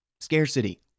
Scarcity